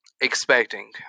expecting